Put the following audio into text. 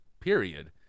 period